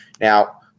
Now